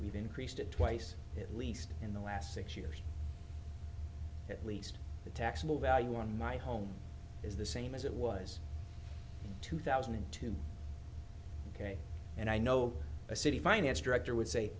we've increased it twice at least in the last six years at least the taxable value in my home is the same as it was two thousand and two ok and i know a city finance director would say